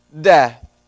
death